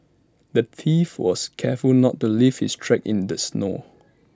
the thief was careful not to leave his tracks in the snow